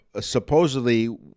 supposedly